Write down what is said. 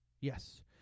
Yes